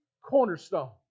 cornerstone